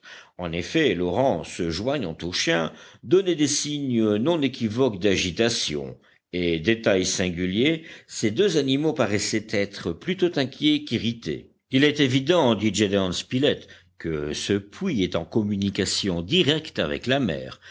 en effet l'orang se joignant au chien donnait des signes non équivoques d'agitation et détail singulier ces deux animaux paraissaient être plutôt inquiets qu'irrités il est évident dit gédéon spilett que ce puits est en communication directe avec la mer